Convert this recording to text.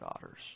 daughters